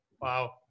Wow